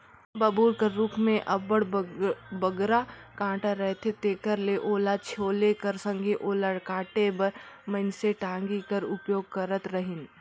बबूर कर रूख मे अब्बड़ बगरा कटा रहथे तेकर ले ओला छोले कर संघे ओला काटे बर मइनसे टागी कर उपयोग करत रहिन